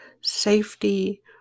safety